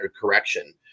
correction